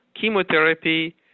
Chemotherapy